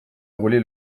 rouler